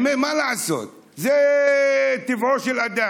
מה לעשות, זה טבעו של אדם.